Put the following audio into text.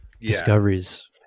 discoveries